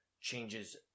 changes